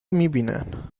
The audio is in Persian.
میبینن